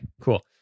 cool